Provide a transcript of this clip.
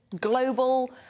global